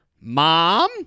mom